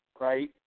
Right